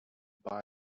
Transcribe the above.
buy